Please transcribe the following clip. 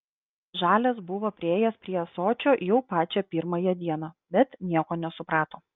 žalias buvo priėjęs prie ąsočio jau pačią pirmąją dieną bet nieko nesuprato